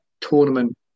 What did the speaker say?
tournament